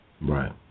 Right